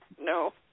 no